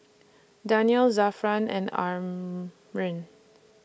Daniel Zafran and Amrin